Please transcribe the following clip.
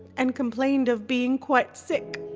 and complained of being quite sick.